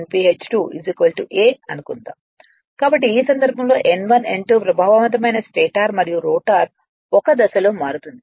అనుకుందాం కాబట్టి ఈ సందర్భంలో N1 N2 ప్రభావవంతమైన స్టేటర్ మరియు రోటర్ ఒక దశలో మారుతుంది